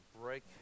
break